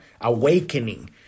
awakening